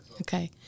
Okay